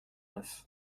neuf